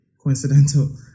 coincidental